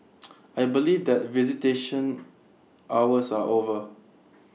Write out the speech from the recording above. I believe that visitation hours are over